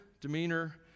demeanor